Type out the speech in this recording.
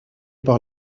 par